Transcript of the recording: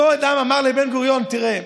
אותו אדם אמר לבן-גוריון: תראה,